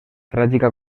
tràgica